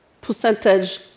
percentage